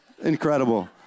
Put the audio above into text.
incredible